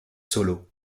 solo